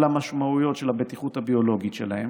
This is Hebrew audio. על המשמעויות של הבטיחות הביולוגית שלהם,